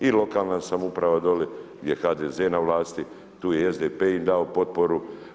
I lokalna samouprava doli gdje je HDZ na vlasti, tu je i SDP im dao potporu.